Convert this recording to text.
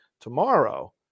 tomorrow